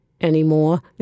anymore